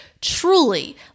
Truly